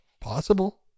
Possible